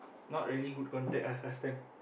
not really good contact ah last time